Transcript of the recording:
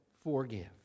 forgive